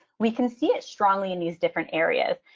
we can see it strongly in these different areas.